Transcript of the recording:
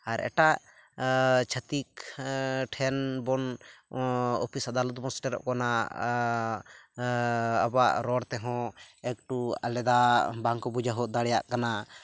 ᱟᱨ ᱮᱴᱟᱜ ᱪᱷᱟᱹᱛᱤᱠ ᱴᱷᱮᱱ ᱵᱚᱱ ᱚᱯᱷᱤᱥ ᱟᱫᱟᱞᱚᱛ ᱵᱚᱱ ᱥᱮᱴᱮᱨᱚᱜ ᱠᱟᱱᱟ ᱟᱵᱚᱣᱟᱜ ᱨᱚᱲ ᱛᱮᱦᱚᱸ ᱮᱠᱴᱩ ᱟᱞᱟᱫᱟ ᱵᱟᱝᱠᱚ ᱵᱩᱡᱷᱟᱹᱣ ᱦᱚᱫᱽ ᱫᱟᱲᱮᱭᱟᱜ ᱠᱟᱱᱟ